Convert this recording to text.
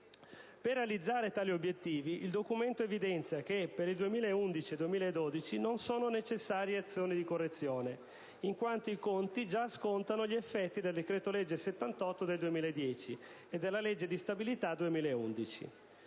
Per realizzare tali obiettivi, il Documento evidenzia che per il 2011 e il 2012 non sono necessarie azioni di correzione, in quanto i conti scontano gli effetti del decreto-legge n. 78 del 2010 e della legge di stabilità 2011.